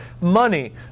money